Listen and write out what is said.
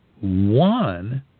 one